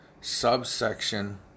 subsection